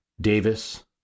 Davis